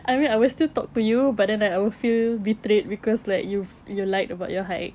I mean I will still talk to you but then like I will feel betrayed because you you lied about your height